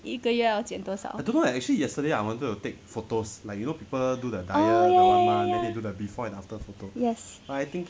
一个月要减多少 oh ya ya ya yes